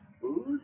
Food